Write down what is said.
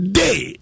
day